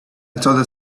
thought